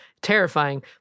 Terrifying